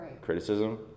criticism